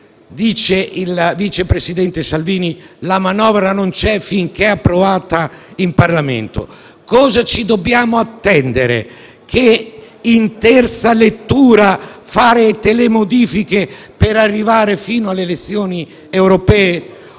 Il vice presidente Salvini dice che la manovra non c'è finché non è approvata in Parlamento. Ci dobbiamo attendere che in terza lettura farete le modifiche per arrivare fino alle elezioni europee